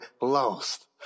Lost